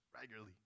regularly